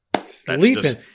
Sleeping